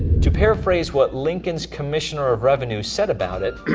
to paraphrase what lincoln's commissioner of revenue said about it.